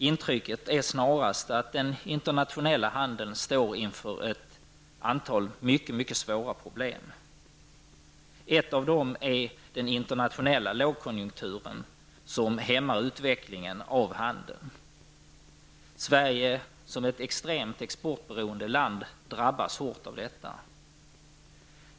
Intrycket är snarast att den internationella handeln står inför ett antal mycket svåra problem. Ett av dessa problem är den internationella lågkonjukturen som hämmar utvecklingen av handeln. Sverige, som är ett extremt exportberoende land, drabbas hårt av detta.